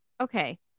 Okay